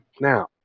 now